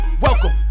Welcome